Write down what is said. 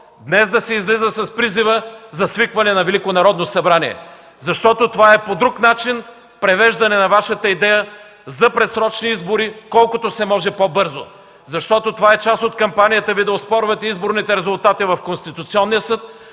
днес да се излиза с призива за свикване на Велико народно събрание, защото това е по друг начин провеждане на Вашата идея за провеждане на предсрочни избори колкото се може по-бързо. Защото това е част от кампанията Ви да оспорвате изборните резултати в Конституционния съд,